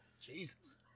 jesus